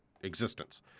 existence